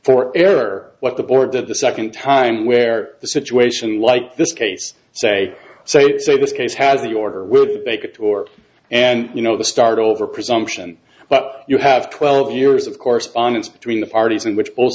for error what the board that the second time where the situation like this case say so you say this case has the order would take a tour and you know the start over presumption but you have twelve years of correspondence between the parties in which